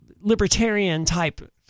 libertarian-type